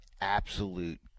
absolute